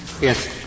Yes